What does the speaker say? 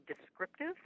descriptive